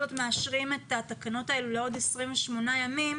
זאת מאשרים את התקנות האלה לעוד 28 ימים,